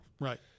Right